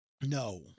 No